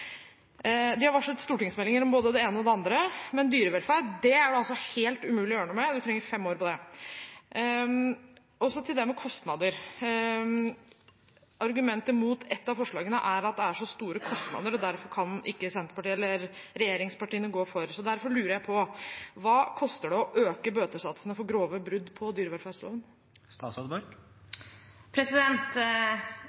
De har varslet stortingsmeldinger om både det ene og det andre, men dyrevelferd er det altså helt umulig å gjøre noe med. Man trenger fem år på det. Så til det med kostnader: Argumentet mot et av forslagene er at det er så store kostnader, og derfor kan ikke regjeringspartiene gå inn for det. Derfor lurer jeg på: Hva koster det å øke bøtesatsene for grove brudd på dyrevelferdsloven?